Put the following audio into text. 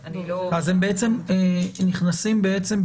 אז הם נכנסים בעצם,